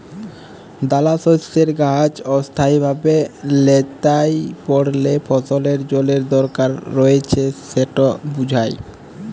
দালাশস্যের গাহাচ অস্থায়ীভাবে ল্যাঁতাই পড়লে ফসলের জলের দরকার রঁয়েছে সেট বুঝায়